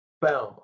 boom